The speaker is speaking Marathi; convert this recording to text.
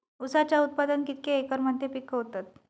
ऊसाचा उत्पादन कितक्या एकर मध्ये पिकवतत?